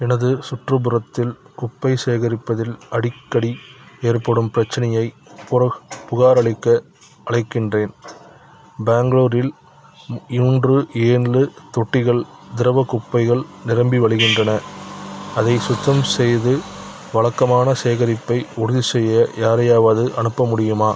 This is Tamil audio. எனது சுற்றுப்புறத்தில் குப்பை சேகரிப்பதில் அடிக்கடி ஏற்படும் பிரச்சனையைப் புர புகாரளிக்க அழைக்கின்றேன் பேங்களூரில் மூன்று ஏழு தொட்டிகள் திரவ குப்பைகள் நிரம்பி வழிகின்றன அதை சுத்தம் செய்து வழக்கமான சேகரிப்பை உறுதிசெய்ய யாரையாவது அனுப்ப முடியுமா